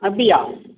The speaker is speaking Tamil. அப்படியா